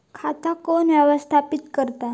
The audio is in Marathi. खाता कोण व्यवस्थापित करता?